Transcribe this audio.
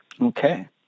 Okay